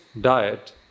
diet